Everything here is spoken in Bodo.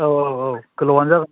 औ औ औ गोलावानो जागोन